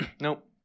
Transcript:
nope